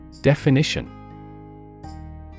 Definition